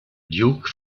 duke